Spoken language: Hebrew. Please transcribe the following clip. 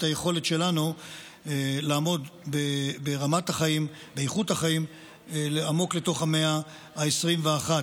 היכולת שלנו לעמוד ברמת החיים ובאיכות החיים עמוק לתוך המאה ה-21.